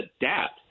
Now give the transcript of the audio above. adapt